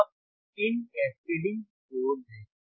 तो आप इन कैस्केडिंग स्टोर देखें